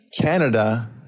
Canada